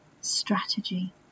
strategy